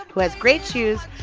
who has great shoes,